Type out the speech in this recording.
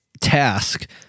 task